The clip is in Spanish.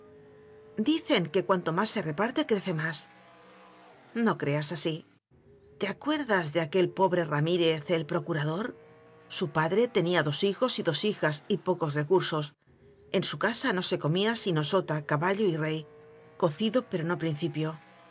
dicen que cuanto más se reparte crece más no creas así te acuerdas de aquel po bre ramírez el procurador su padre tenía dos hijos y dos hijas y pocos recursos en su casa no se comía sino sota caballo y rey co cido pero no principio